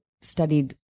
studied